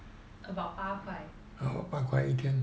about 八块